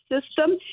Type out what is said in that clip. system